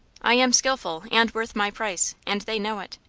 i am skillful, and worth my price, and they know it.